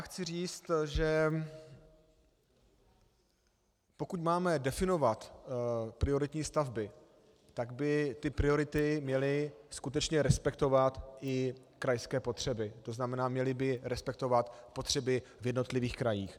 Chci říct, že pokud máme definovat prioritní stavby, tak by priority měly skutečně respektovat i krajské potřeby, to znamená, měly by respektovat potřeby v jednotlivých krajích.